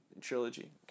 trilogy